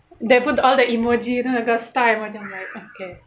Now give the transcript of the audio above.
they put all the emoji you know like the star and like macam okay